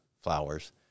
flowers